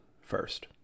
first